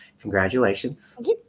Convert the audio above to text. Congratulations